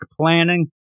planning